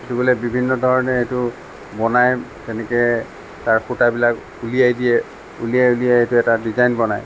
সেইটো বোলে বিভিন্ন ধৰণে সেইটো বনাই তেনেকে তাৰ সূতাবিলাক উলিয়াই দিয়ে উলিয়াই উলিয়াই সেইটো এটা ডিজাইন বনায়